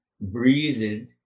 breathed